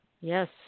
Yes